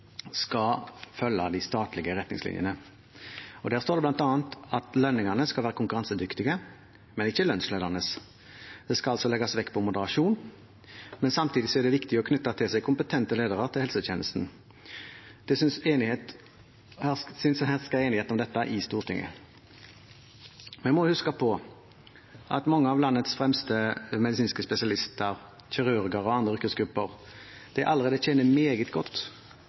skal følge de statlige retningslinjene, og der står det bl.a. at lønningene skal være konkurransedyktige, men ikke lønnsledende. Det skal altså legges vekt på moderasjon, men samtidig er det viktig å knytte til seg kompetente ledere til helsetjenesten. Det synes å herske enighet om dette i Stortinget. Vi må huske på at mange av landets fremste medisinske spesialister, kirurger og andre yrkesgrupper allerede tjener meget godt,